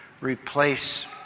Replace